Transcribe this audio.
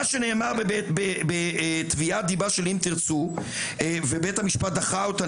מה שנאמר בתביעת דיבה של "אם תרצו" ובית המשפט דחה אותה,